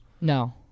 No